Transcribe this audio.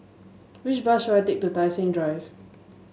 which bus should I take to Tai Seng Drive